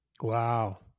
Wow